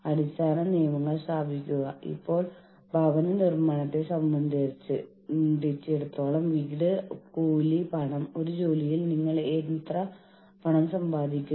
കാരണം തത്വത്തിൽ ഒരു യൂണിയൻ ജീവനക്കാരന്റെ താൽപ്പര്യങ്ങൾ സഹായിക്കുന്നു